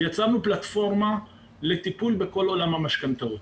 ויצרנו פלטפורמה בטיפול בכל עולם המשכנתאות.